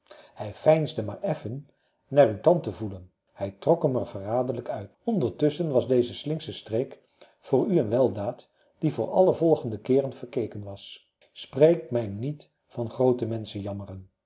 hij veinsde maar effen naar uw tand te voelen hij trok er hem verraderlijk uit ondertusschen was deze slinksche streek voor u een weldaad die voor alle volgende keeren verkeken was spreek mij niet van